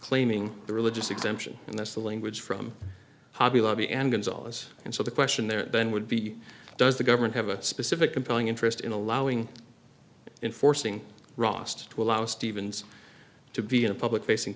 claiming the religious exemption and that's the language from hobby lobby and guns all as and so the question there then would be does the government have a specific compelling interest in allowing in forcing ross to allow stevens to be in a public facing